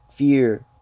fear